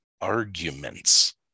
arguments